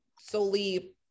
solely